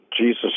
Jesus